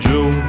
Joe